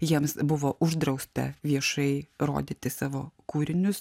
jiems buvo uždrausta viešai rodyti savo kūrinius